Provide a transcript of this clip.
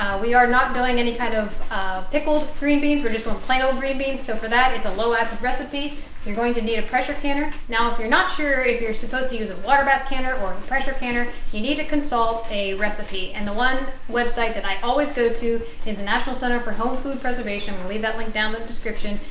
we are not doing any kind of pickled green beans we're just gonna do plain old green beans so for that it's a low acid recipe you're going to need a pressure canner now if you're not sure if you're supposed to use a water bath canner or pressure canner you need to consult a recipe and the one website that i always go to in the national center for home food preservation we'll leave that link down in the description,